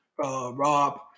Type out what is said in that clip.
Rob